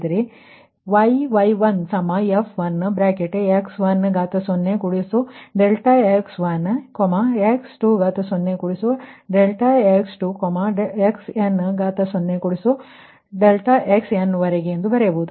ನಂತರ ನೀವು ಈ yy1 f1x10 ∆x1 x20 ∆x2 xn0 ∆xn ವರೆಗೆ ಬರೆಯಬಹುದು